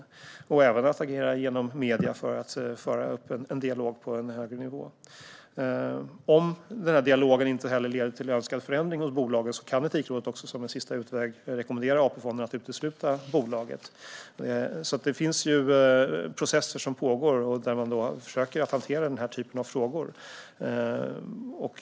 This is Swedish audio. Man kan även agera genom medierna för att föra en dialog på en högre nivå. Om dialogen inte leder till önskad förändring hos bolagen kan Etikrådet, som en sista utväg, rekommendera AP-fonderna att utesluta bolaget. Det finns processer som pågår och där man försöker hantera denna typ av frågor.